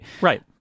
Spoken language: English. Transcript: Right